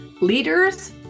leaders